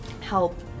help